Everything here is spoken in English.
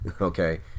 Okay